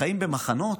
חיים במחנות.